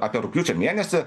apie rugpjūčio mėnesį